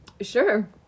Sure